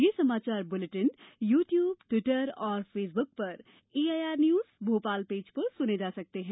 ये समाचार bulletin YouTube Twitter और फेसबुक पर एआईआर न्यूज भोपाल पेज पर सुने जा सकते हैं